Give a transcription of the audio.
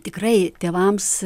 tikrai tėvams